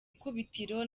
ikubitiro